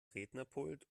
rednerpult